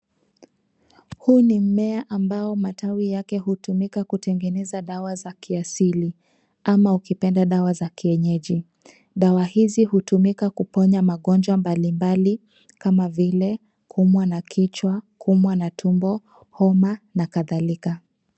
Huu ni mmea ambao matawi yake hutumika kutengeneza dawa za kiasili ama ukipenda dawa za kienyeji. Dawa hizi hutumika kuponya magonjwa mbalimbali kama vile kuumwa na kichwa, kuumwa na tumbo, homa na kadhalika.